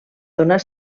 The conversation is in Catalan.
donar